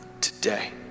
today